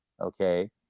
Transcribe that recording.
okay